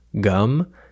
gum